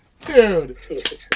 Dude